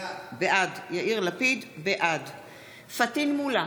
בעד פטין מולא,